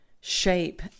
shape